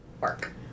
work